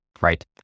right